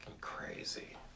crazy